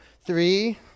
Three